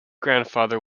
grandfather